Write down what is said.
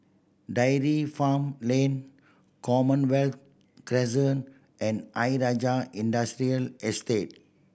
Dairy Farm Lane Commonwealth Crescent and Ayer Rajah Industrial Estate